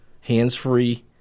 hands-free